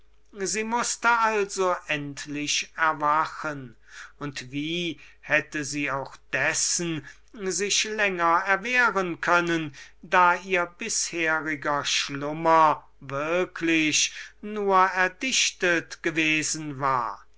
sie mußte also endlich erwachen und wie hätte sie auch sich dessen länger erwehren können da ihr bisheriger schlummer würklich nur erdichtet gewesen war